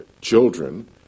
children